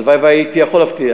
הלוואי שהייתי יכול להבטיח.